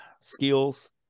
Skills